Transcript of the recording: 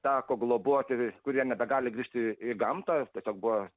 teko globoti kurie nebegali grįžti į gamtą tiesiog buvo